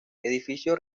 edificios